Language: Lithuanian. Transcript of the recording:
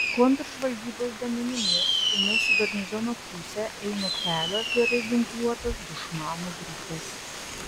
kontržvalgybos duomenimis į mūsų garnizono pusę eina kelios gerai ginkluotos dušmanų grupės